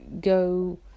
go